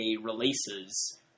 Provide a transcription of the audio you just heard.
releases